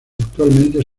actualmente